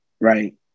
Right